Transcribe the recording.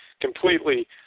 completely